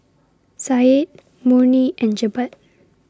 Syed Murni and Jebat